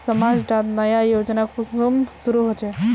समाज डात नया योजना कुंसम शुरू होछै?